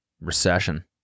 Recession